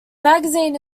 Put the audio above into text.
magazine